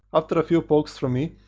after a few pokes from e,